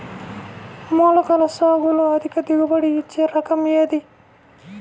మొలకల సాగులో అధిక దిగుబడి ఇచ్చే రకం ఏది?